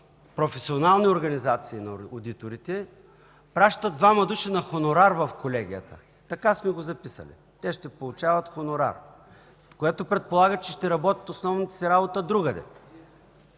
професионални организации на одиторите пращат двама души на хонорар в колегията – така сме го записали, ще получават хонорар, което предполага, че ще работят основната си работа другаде.